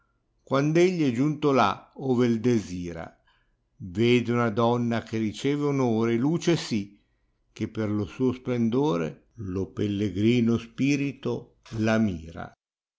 quando egli è giunto à ove u desira tede una donna che riceve onore e luce sì che per lo suo splendore lo pellegrino spirito la mirai